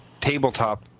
tabletop